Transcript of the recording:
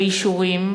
לאישורים,